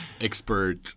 expert